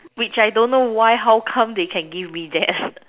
which I don't know why how come they can give me that